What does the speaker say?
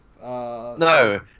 No